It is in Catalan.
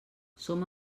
som